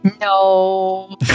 No